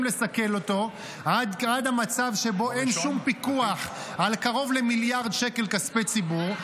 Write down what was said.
לסכל אותו עד המצב שבו אין שום פיקוח על קרוב למיליארד שקל כספי ציבור,